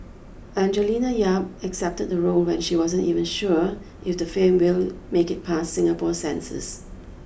Angelina Yap accepted the role when she wasn't even sure if the film will make it past Singapore's censors